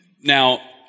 Now